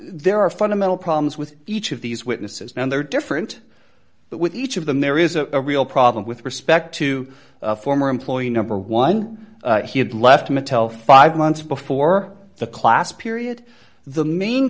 there are fundamental problems with each of these witnesses and there are different but with each of them there is a real problem with respect to former employee number one he had left mattel five months before the class period the main